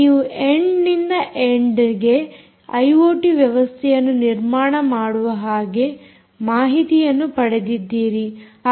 ನೀವು ಎಂಡ್ ನಿಂದ ಎಂಡ್ಗೆ ಐಓಟಿ ವ್ಯವಸ್ಥೆಯನ್ನು ನಿರ್ಮಾಣ ಮಾಡುವ ಹಾಗೆ ಮಾಹಿತಿಯನ್ನು ಪಡೆದಿದ್ದೀರಿ